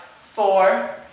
four